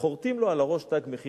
חורטים לו על הראש "תג מחיר",